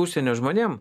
užsienio žmonėm